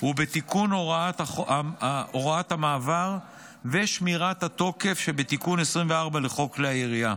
הוא בתיקון הוראת המעבר ושמירת התוקף שבתיקון 24 לחוק כלי הירייה.